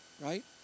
right